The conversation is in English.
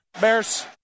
Bears